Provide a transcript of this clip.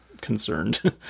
concerned